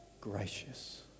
gracious